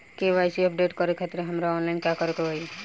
KYC update करे खातिर हमरा ऑनलाइन का करे के होई?